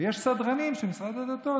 ויש סדרנים של משרד הדתות.